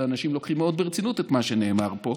ואנשים לוקחים מאוד ברצינות את מה שנאמר פה,